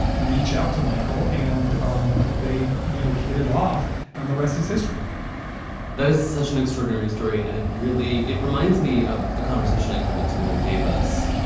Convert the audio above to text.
reach out to michael and um they, you know, hit it off and the rest is history that is such an extraordinary story. and it really it reminds me of the conversation i had with dumaine davis,